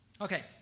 Okay